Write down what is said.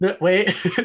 wait